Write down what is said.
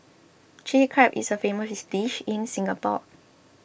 Chilli Crab is a famous dish in Singapore